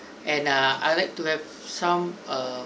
and uh I'd like to have some err